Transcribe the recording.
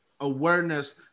awareness